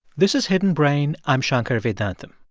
this is hidden brain. i'm shankar vedantam